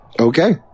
Okay